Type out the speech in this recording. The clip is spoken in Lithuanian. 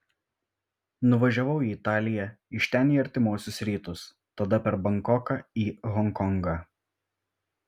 nuvažiavau į italiją iš ten į artimuosius rytus tada per bankoką į honkongą